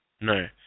No